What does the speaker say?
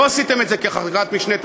לא עשיתם את זה כחקיקת משנה,